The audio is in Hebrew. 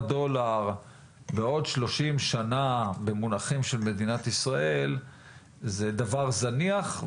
דולר בעוד 30 שנה במונחים של מדינת ישראל זה דבר זניח,